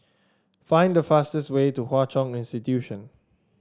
find the fastest way to Hwa Chong Institution